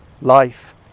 Life